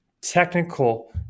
technical